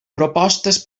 propostes